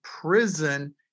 prison